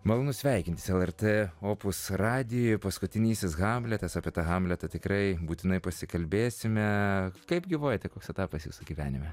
malonu sveikintis lrt opus radijui paskutinysis hamletas apie hamletą tikrai būtinai pasikalbėsime kaip gyvuojate koks etapas jūsų gyvenime